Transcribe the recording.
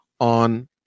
on